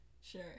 Sure